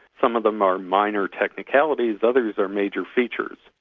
some of them are minor technicalities, others are major features.